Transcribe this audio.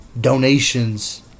donations